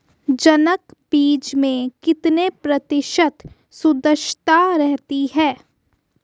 जनक बीज में कितने प्रतिशत शुद्धता रहती है?